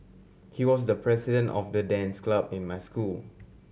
he was the president of the dance club in my school